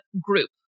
group